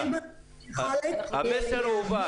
המסר הובן.